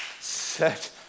set